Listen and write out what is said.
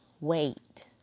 wait